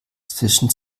zwischen